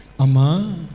Ama